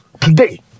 Today